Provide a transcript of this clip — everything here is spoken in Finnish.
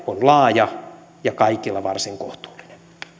on laaja ja kaikilla varsin kohtuullinen